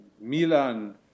Milan